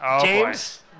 James